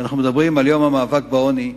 כשאנחנו מדברים על יום המאבק בעוני,